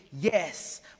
yes